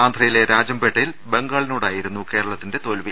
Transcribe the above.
ആന്ധ്ര യിലെ രാജംപേട്ടയിൽ ബംഗാളിനോടായിരുന്നു കേരളത്തിന്റെ തോൽവി